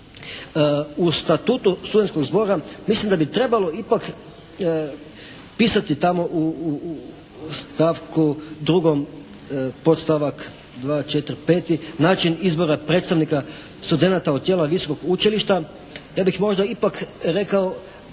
U Statutu studentskog zbora mislim da bi trebalo ipak pisati tamo u stavku 2. podstavak 2., 4., 5. način izbora predstavnika studenata u tijela Visokog učilišta. Ja bih možda ipak rekao